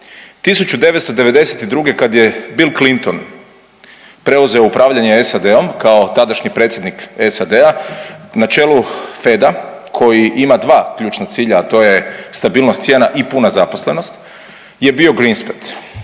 1992. kada je Bill Clinton preuzeo upravljanje SAD-om kao tadašnji predsjednik SAD-a na čelu FED-a koji ima dva ključna cilja, a to je stabilnost cijena i puna zaposlenost je bio green spade.